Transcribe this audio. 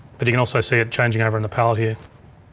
but you can also see it changing over in the palette here.